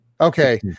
Okay